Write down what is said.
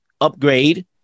upgrade